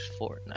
Fortnite